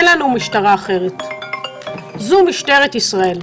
אין לנו משטרה אחרת, זו משטרת ישראל.